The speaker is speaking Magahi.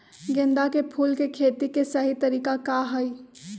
गेंदा के फूल के खेती के सही तरीका का हाई?